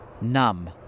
Numb